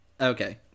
Okay